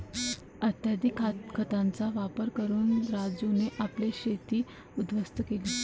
अत्यधिक खतांचा वापर करून राजूने आपले शेत उध्वस्त केले